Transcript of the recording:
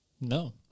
No